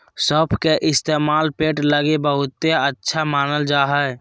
सौंफ के इस्तेमाल पेट लगी बहुते अच्छा मानल जा हय